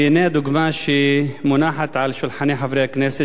והנה הדוגמה שמונחת על שולחנות חברי הכנסת,